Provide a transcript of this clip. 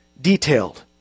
detailed